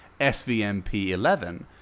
SVMP11